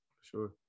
Sure